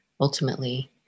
ultimately